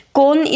con